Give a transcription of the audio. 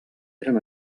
eren